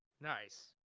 Nice